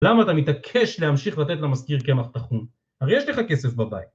למה אתה מתעקש להמשיך לתת למזכיר קמח טחון? הרי יש לך כסף בבית